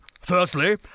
Firstly